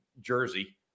jersey